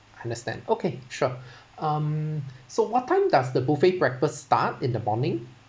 understand okay sure um so what time does the buffet breakfast start in the morning